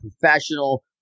professional